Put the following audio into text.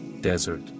desert